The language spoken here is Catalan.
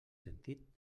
sentit